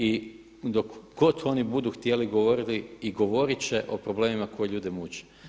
I dok oni budu htjeli govoriti i govorit će o problemima koji ljude muče.